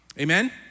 amen